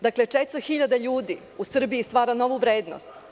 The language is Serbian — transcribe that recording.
Dakle, 400 hiljada ljudi u Srbiji stvara novu vrednost.